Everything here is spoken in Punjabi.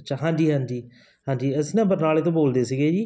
ਅੱਛਾ ਹਾਂਜੀ ਹਾਂਜੀ ਹਾਂਜੀ ਅਸੀਂ ਨਾ ਬਰਨਾਲੇ ਤੋਂ ਬੋਲਦੇ ਸੀਗੇ ਜੀ